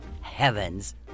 Heavens